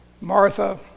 Martha